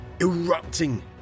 erupting